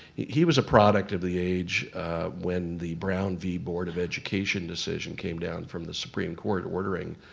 he was a product of the age when the brown v board of education decision came down from the supreme court, ordering